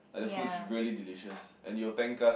like the food is really delicious and you will thank us